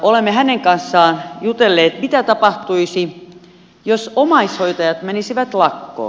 olemme hänen kanssaan jutelleet mitä tapahtuisi jos omaishoitajat menisivät lakkoon